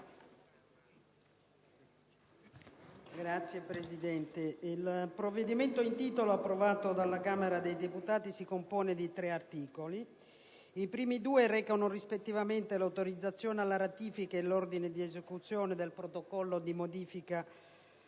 Signor Presidente, il provvedimento in titolo, approvato dalla Camera dei deputati, si compone di tre articoli. I primi due recano, rispettivamente, l'autorizzazione alla ratifica e l'ordine di esecuzione del Protocollo che modifica